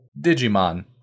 Digimon